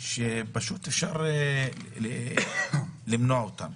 שאפשר למנוע אותן.